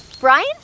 Brian